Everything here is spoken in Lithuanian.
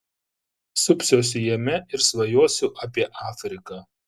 supsiuosi jame ir svajosiu apie afriką